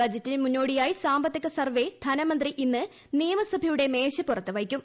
ബജറ്റിന് മുന്നോടിയായി സാമ്പത്തിക സർവേ ധനമന്ത്രി ഇന്ന് നിയമസഭയുടെ മേശപ്പുറത്ത് വയ്ക്കും